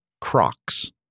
Crocs